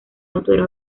autora